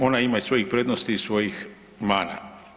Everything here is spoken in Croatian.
Ona ima i svojih prednosti i svojih mana.